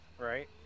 Right